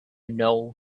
know